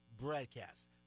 broadcast